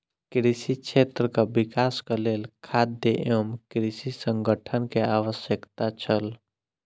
कृषि क्षेत्रक विकासक लेल खाद्य एवं कृषि संगठन के आवश्यकता छल